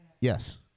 yes